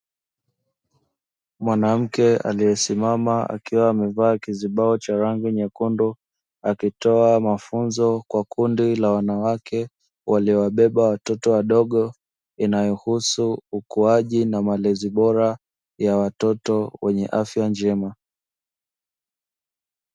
Mwanamke aliyesimama akiwa amevaa kizibao cha rangi nyekundu, akitoa mafunzo kwa kundi la wanawake waliobeba watoto wadogo, inayohusu ukuaji na malezi bora ya watoto wenye afya njema.